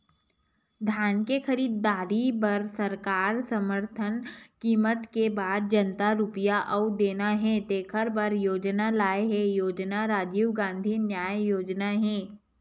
धान के खरीददारी बर सरकार समरथन कीमत के बाद जतना रूपिया अउ देना हे तेखर बर योजना लाए हे योजना राजीव गांधी न्याय योजना हे